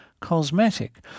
cosmetic